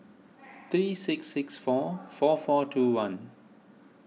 three six six four four four two one